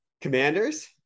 Commanders